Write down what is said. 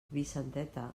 vicenteta